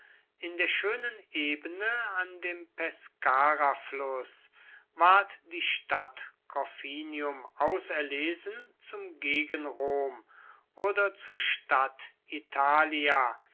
in der schönen ebene an dem pescarafluß ward die stadt corfinium auserlesen zum gegen rom oder zur stadt italia